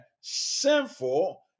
sinful